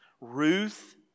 Ruth